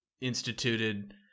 instituted